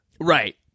Right